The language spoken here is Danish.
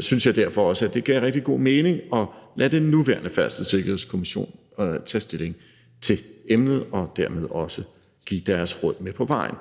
syntes jeg derfor også, at det gav rigtig god mening at lade den nuværende Færdselssikkerhedskommission tage stilling til emnet og dermed også give deres råd med på vejen.